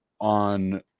On